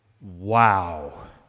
wow